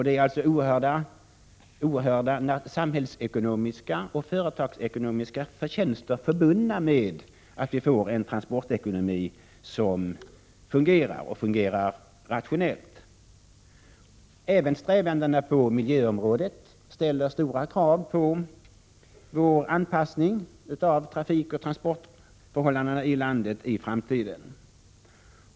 Det är alltså oerhörda samhällsekonomiska och företagsekonomiska förtjänster förbundna med att vi får en transportekonomi som fungerar — och gör det rationellt. Även strävandena på miljöområdet ställer stora krav på vår anpassning av trafikoch transportförhållandena i landet i framtiden.